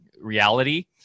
reality